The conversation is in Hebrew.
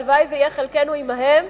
והלוואי שיהיה חלקנו עמהם,